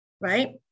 right